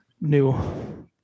new